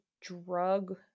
drug